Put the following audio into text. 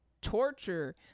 torture